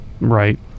right